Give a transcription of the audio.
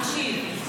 תקשיב,